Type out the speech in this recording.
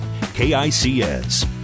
KICS